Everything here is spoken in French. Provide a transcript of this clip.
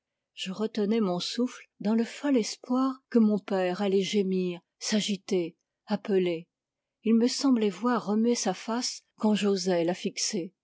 je retenais mon souffle dans le fol espoir que mon père allait gémir s'agiter appeler il me semblait voir remuer sa face quand j osais la fixer